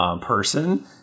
Person